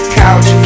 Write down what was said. couch